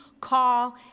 call